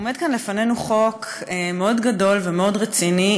עומד כאן לפנינו חוק מאוד גדול ומאוד רציני,